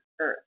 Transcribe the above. Earth